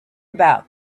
about